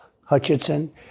Hutchinson